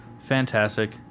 fantastic